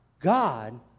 God